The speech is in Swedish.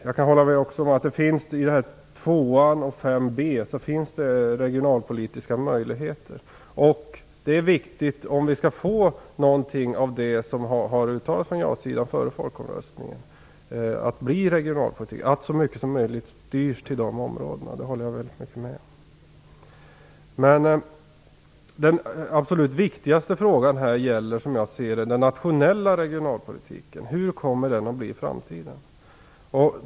Jag kan hålla med om att det i målen 2 och 5b finns regionalpolitiska möjligheter, och det är viktigt att så mycket som möjligt styrs till de målområdena 2 och 5b, om vi skall få ut något av det som har uttalats från ja-sidan före folkomröstningen. Men den som jag ser det absolut viktigaste frågan här gäller hur den nationella regionalpolitiken kommer att bli i framtiden.